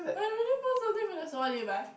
I really never buy the suprise box so what did you buy